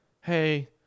Hey